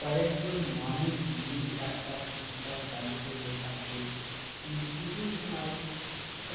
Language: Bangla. কয়েকজন মানুষ মিলে একটা সংস্থা চালু করলে তাকে ইনস্টিটিউশনাল